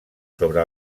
sobre